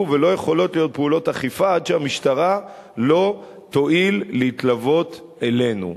ולא יכולות להיות פעולות אכיפה עד שהמשטרה לא תואיל להתלוות אלינו.